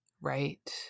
right